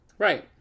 Right